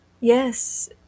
Yes